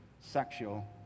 sexual